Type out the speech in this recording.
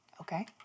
Okay